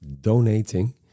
donating